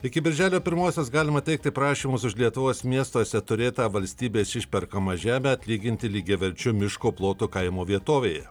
iki birželio pirmosios galima teikti prašymus už lietuvos miestuose turėtą valstybės išperkamą žemę atlyginti lygiaverčiu miško plotu kaimo vietovėje